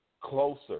closer